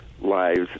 lives